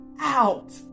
out